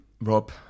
Rob